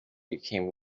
became